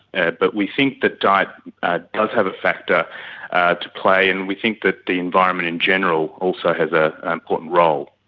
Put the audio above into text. but we think that diet ah does have a factor to play, and we think that the environment in general also has ah an important role.